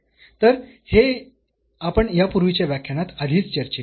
तर हे आपण यापूर्वीच्या व्याख्यानात आधीच चर्चिले आहे